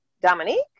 Dominique